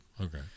Okay